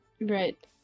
right